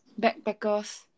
backpackers